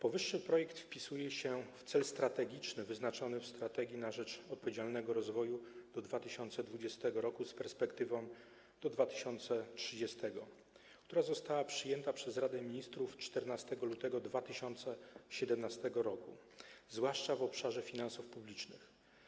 Powyższy projekt wpisuje się w cel strategiczny wyznaczony w „Strategii na rzecz odpowiedzialnego rozwoju” do roku 2020 r., z perspektywą do 2030 r., która została przyjęta przez Radę Ministrów 14 lutego 2017 r., zwłaszcza w obszarze finansów publicznych.